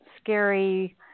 scary